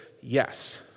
yes